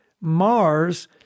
Mars